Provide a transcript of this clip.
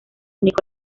único